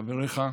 את חבריך.